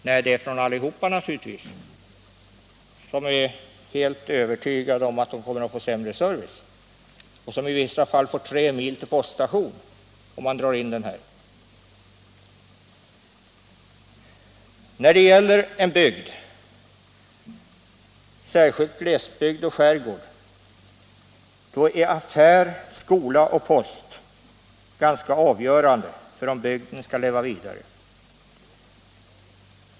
Nej, det är naturligtvis från allihop, som är helt övertygade om att de kommer att få sämre service — i vissa fall får de tre mil till poststationen vid en indragning. För en bygd — särskilt när det gäller glesbygd och skärgård — är affär, skola och post ganska avgörande för om bygden skall leva vidare.